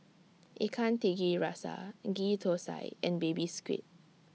Ikan Tiga Rasa Ghee Thosai and Baby Squid